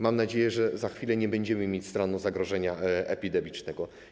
Mam nadzieję, że za chwilę nie będziemy mieć stanu zagrożenia epidemicznego.